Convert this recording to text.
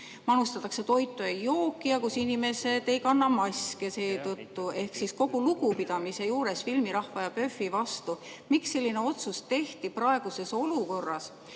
manustatakse toitu ja jooki ning kus inimesed ei kanna maski juba seetõttu. Kogu lugupidamise juures filmirahva ja PÖFF-i vastu: miks selline otsus tehti praeguses olukorras?